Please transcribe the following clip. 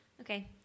Okay